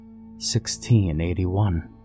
1681